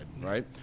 right